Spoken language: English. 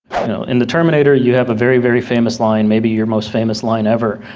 in the terminator you have a very, very famous line. maybe your most famous line ever.